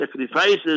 sacrifices